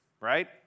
right